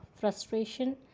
frustration